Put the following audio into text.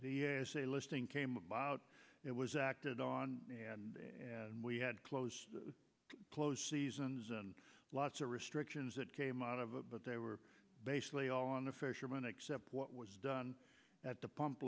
listing came about it was acted on and we had close close seasons and lots of restrictions that came out of it but they were basically all on a fisherman except what was done at the pump